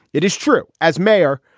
it is true. as mayor,